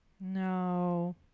No